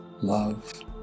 love